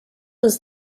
was